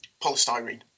polystyrene